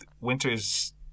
Winters